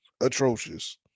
Atrocious